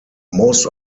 most